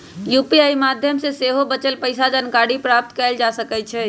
UPI माध्यम से सेहो बचल पइसा के जानकारी प्राप्त कएल जा सकैछइ